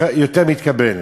יותר מתקבל.